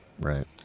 Right